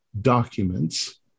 Documents